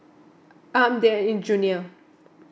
um they're in junior